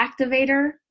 activator